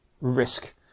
risk